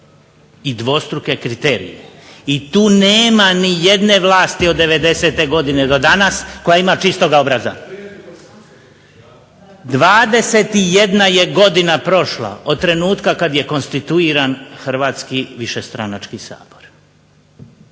i dvostruke kriterije i tu nema nije vlasti od '90.-te godine do danas koja ima čistog obraza. 21 je godina prošla od trenutka kada je konstituiran Hrvatski višestranački sabor.